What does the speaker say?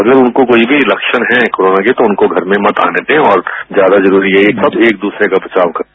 अगर उनको कोई भी लक्षण हैं कोरोना के तो उनको घर में मत आने दें और ज्यादा जरूरी यही है कि सब एक दूसरे का बचाव करें